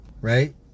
Right